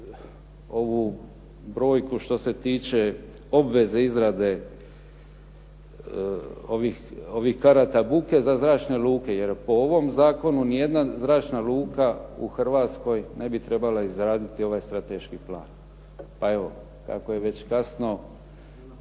ovu brojku što se tiče obveze izrade ovih karata buke za zračne luke, jer po ovom zakonu ni jedna zračna luka u Hrvatskoj ne bi trebala izraditi ovaj strateški plan. Pa evo, kako je već kasno,